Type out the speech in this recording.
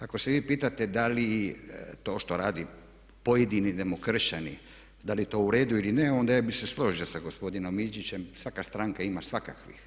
ako se vi pitate da li to što radi pojedini demokršćani da li je to u redu, onda ja bi se složio sa gospodinom Ilčićem svaka stranka ima svakakvih.